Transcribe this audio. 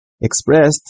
expressed